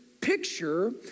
picture